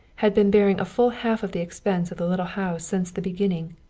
had been bearing a full half of the expense of the little house since the beginning.